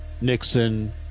Nixon